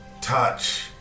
touch